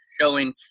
showing